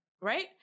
right